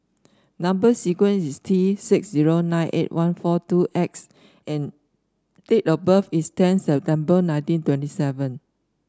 number sequence is T six zero nine eight one four two X and date of birth is ten September nineteen twenty seven